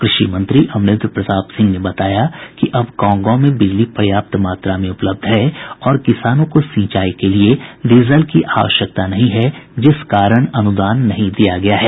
कृषि मंत्री अमरेन्द्र प्रताप सिंह ने बताया कि अब गांव गांव में बिजली पर्याप्त मात्रा में उपलब्ध है और किसानों को सिंचाई के लिए डीजल की आवश्यकता नहीं है जिस कारण अनुदान नहीं दिया गया है